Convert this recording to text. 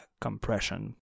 compression